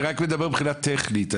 אני רק מדבר מבחינה טכנית.